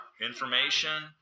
information